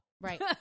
Right